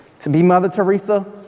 to be mother teresa.